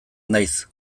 naiz